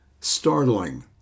startling